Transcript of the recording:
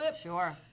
Sure